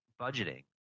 budgeting